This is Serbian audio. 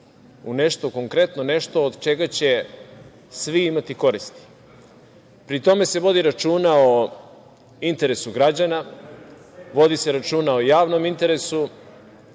u nešto konkretno, nešto od čega će svi imati koristi. Pri tome se vodi računa o interesu građana, vodi se računa o javnom interesu,